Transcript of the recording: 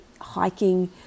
hiking